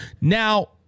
Now